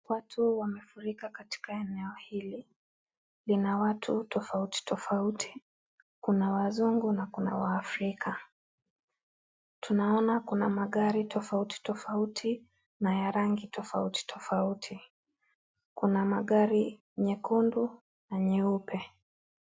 Watu wamefurika katika eneo hili lina watu tofauti tofauti, kuna wazungu na kuna waafrika, tunaona kuna magari tofauti tofauti na ya rangi tofauti tofauti, kuna magari nyekundu na nyeupe.